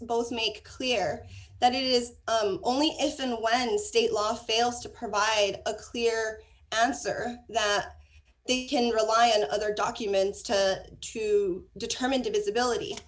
both make clear that it is two only if and when state law fails to provide a clear answer that the can rely on other documents to to determine divisibility